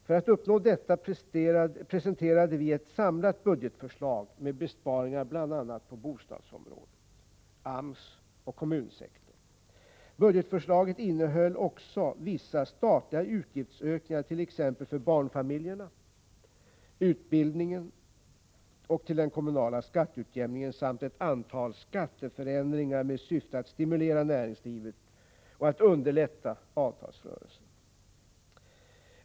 För att uppnå detta presenterade vi ett samlat budgetförslag med besparingar på bl.a. bostadsområdet, AMS och kommunsektorn. Budgetförslaget innehöll också vissa statliga utgiftsökningar, t.ex. för barnfamiljerna, utbildningen och till den kommunala skatteutjämningen, samt ett antal skatteförändringar med syfte att stimulera näringslivet och underlätta avtalsrörelsen.